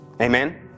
amen